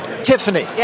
Tiffany